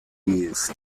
years